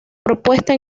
propuesta